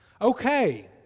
Okay